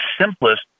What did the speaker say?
simplest